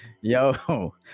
yo